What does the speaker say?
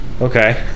Okay